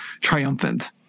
triumphant